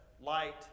light